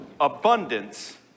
abundance